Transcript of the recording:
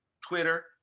Twitter